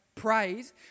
praise